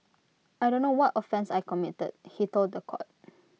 I don't know what offence I committed he told The Court